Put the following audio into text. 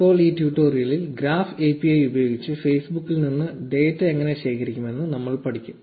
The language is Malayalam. ഇപ്പോൾ ഈ ട്യൂട്ടോറിയലിൽ ഗ്രാഫ് API ഉപയോഗിച്ച് Facebook ൽ നിന്ന് ഡാറ്റ എങ്ങനെ ശേഖരിക്കാമെന്ന് നമ്മൾ പഠിക്കും